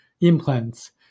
implants